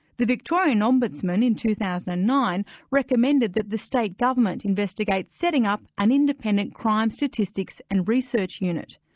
the victorian ombudsman in two thousand and nine recommended that the state government investigate setting up an independent crime statistics and research unit.